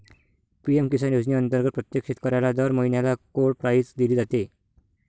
PM Kisan योजनेअंतर्गत प्रत्येक शेतकऱ्याला दर महिन्याला कोड प्राईज दिली जाते